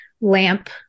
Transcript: lamp